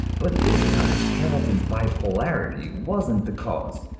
but this time hamilton's bipolarity wasn't the cause,